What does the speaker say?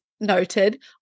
Noted